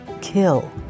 kill